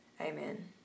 Amen